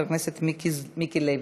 אחריו, חבר הכנסת מיקי לוי.